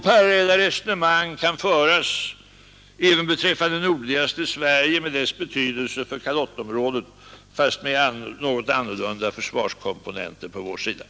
Parallella resonemang kan föras även beträffande nordligaste Sverige med dess betydelse för Kalottområdet, fast med något annorlunda försvarskomponenter på vår sida.